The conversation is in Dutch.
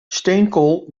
steenkool